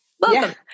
Welcome